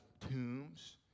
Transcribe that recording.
tombs